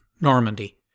Normandy